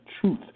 truth